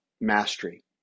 mastery